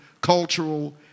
cultural